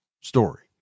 story